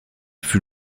fut